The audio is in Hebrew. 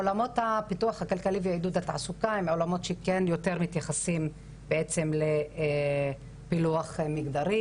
עולמות הפיתוח הכלכלי והתעסוקה הם עולמות שמתייחסים לפילוח מגדרי.